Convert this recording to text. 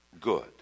good